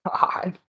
God